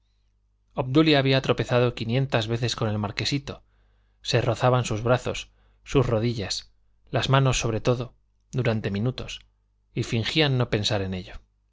obdulia había tropezado quinientas veces con el marquesito se rozaban sus brazos sus rodillas las manos sobre todo durante minutos y fingían no pensar en ello